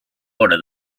water